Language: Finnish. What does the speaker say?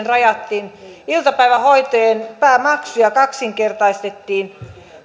rajattiin iltapäivähoitojen päämaksuja kaksinkertaistettiin